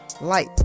light